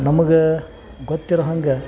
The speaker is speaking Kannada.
ನಮಗ ಗೊತ್ತಿರುವ ಹಂಗೆ